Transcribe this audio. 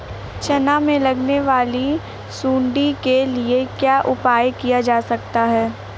चना में लगने वाली सुंडी के लिए क्या उपाय किया जा सकता है?